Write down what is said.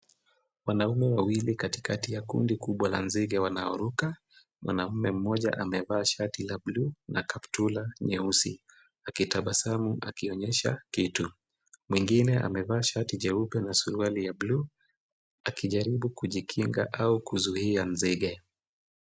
Wanaume wawili katikati ya kundi kubwa la nzige wanaoruka, mwanaume mmoja amevaa shati la bluu na kaptura nyeusi akitabasamu akionyesha kitu. Mwengine amevaa shati jeupe na suruali ya bluu akijaribu kujikinga au kuzuia nzige.